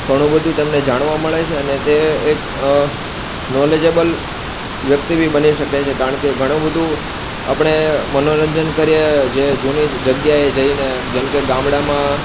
ઘણું બધુ તેમને જાણવા મળે છે અને તે એક નૉલેજેબલ વ્યક્તિ બી બની શકે છે કારણ કે ઘણું બધુ આપણે મનોરંજન કરીએ જે જૂની જગ્યાએ જઈને જેમકે ગામડામાં